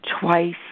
twice